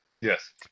Yes